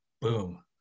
Boom